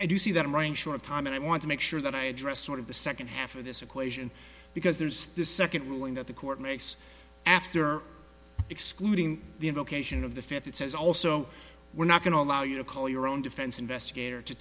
you see that i'm running short time and i want to make sure that i address sort of the second half of this equation because there's this second ruling that the court makes after excluding the invocation of the fifth it says also we're not going to allow you to call your own defense investigator to